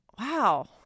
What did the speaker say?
wow